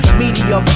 media